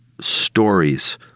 stories